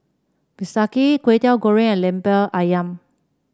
bistake Kway Teow Goreng and lemper ayam